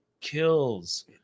kills